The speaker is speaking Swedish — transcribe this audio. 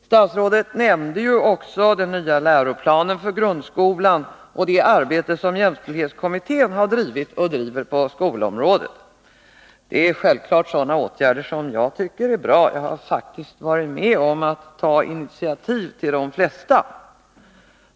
Statsrådet nämnde också den nya läroplanen för grundskolan och det arbete som jämställdhetskommittén har bedrivit och bedriver på skolområdet. Det är självklart åtgärder som jag tycker är bra; jag har ju faktiskt själv varit med om att ta initiativ till de flesta.